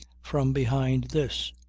from behind this.